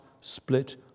split